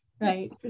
right